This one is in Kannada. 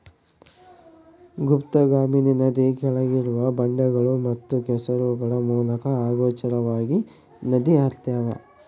ಗುಪ್ತಗಾಮಿನಿ ನದಿ ಕೆಳಗಿರುವ ಬಂಡೆಗಳು ಮತ್ತು ಕೆಸರುಗಳ ಮೂಲಕ ಅಗೋಚರವಾಗಿ ನದಿ ಹರ್ತ್ಯಾವ